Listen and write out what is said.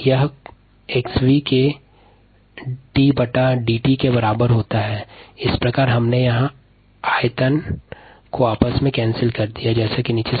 यह 𝑥𝑣 के 𝑑𝑑𝑡 के बराबर होता है इस प्रकार हमने यहाँ मात्रा को आपस में रद्ध किया